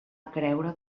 creure